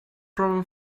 problem